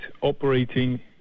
operating